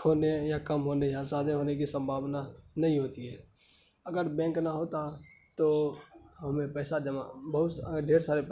کھونے یا کم ہونے یا زیادہ ہونے کی سمبھاؤنا نہیں ہوتی ہے اگر بینک نہ ہوتا تو ہمیں پیسہ جمع بہت ڈھیر سارے